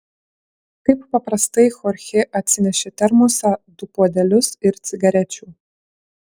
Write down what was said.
kaip paprastai chorchė atsinešė termosą du puodelius ir cigarečių